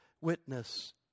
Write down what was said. witness